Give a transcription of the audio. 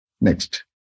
Next